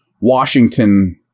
Washington